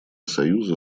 союза